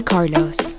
Carlos